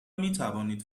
میتوانید